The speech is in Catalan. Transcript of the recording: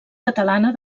catalana